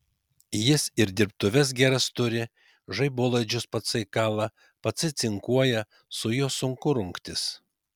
jis ir dirbtuves geras turi žaibolaidžius patsai kala patsai cinkuoja su juo sunku rungtis